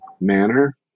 manner